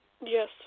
Yes